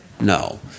no